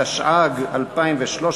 התשע"ג 2013,